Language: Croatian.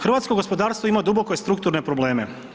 Hrvatsko gospodarstvo ima duboko i strukturne probleme.